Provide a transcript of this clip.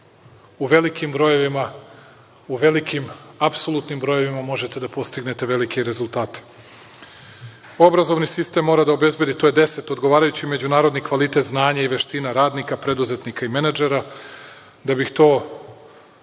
u velikim brojevima, u velikim apsolutnim brojevima možete da postignete velike i rezultate. Deset - obrazovni sistem mora da obezbedi odgovarajući međunarodni kvalitet znanja i veština radnika, preduzetnika i menadžera. Da bih to